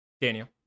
daniel